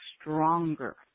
stronger